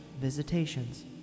visitations